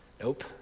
Nope